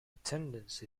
attendance